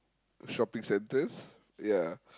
shopping centres ya